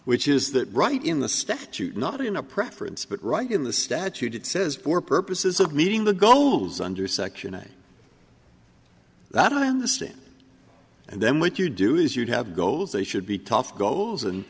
which is that right in the statute not in a preference but right in the statute it says for purposes of meeting the goals under section eight that on the stand and then what you do is you have goals they should be tough goals and